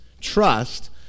trust